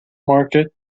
market